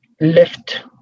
left